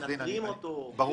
האם